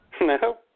No